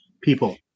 people